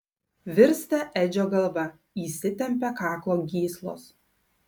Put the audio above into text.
virsta edžio galva įsitempia kaklo gyslos